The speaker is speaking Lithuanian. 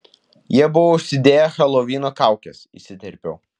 jie buvo užsidėję helovino kaukes įsiterpiau